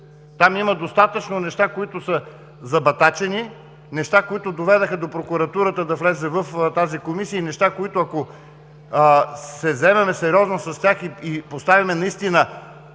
Там има достатъчно неща, които са забатачени – неща, които доведоха до това прокуратурата да влезе в тази Комисия и неща, с които ако се заемем сериозно и поставим в центъра